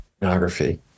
Pornography